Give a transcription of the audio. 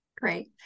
Great